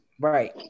right